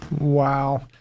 Wow